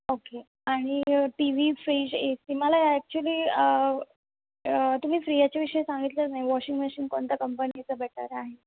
okay आणि T V fridge A C मला या ॲक्चुअली तुम्ही फ्री याच्याविषयी सांगितलंचं नाही वॉशिंग मशीन कोणत्या कंपनीचं बेटर आहे